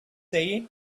day